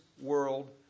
world